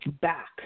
back